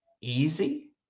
easy